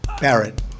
Barrett